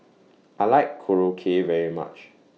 I like Korokke very much